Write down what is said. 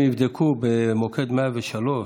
אם יבדקו במוקד 103,